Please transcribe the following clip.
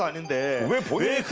um in there. will